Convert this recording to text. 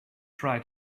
try